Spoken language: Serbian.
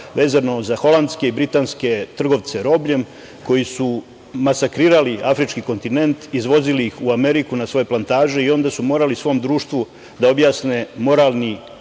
vezano za holandske i britanske trgovce robljem koji su masakrirali afrički kontinent, izvozili ih u Ameriku na svoje plantaže i onda su morali svom društvu da objasne moralni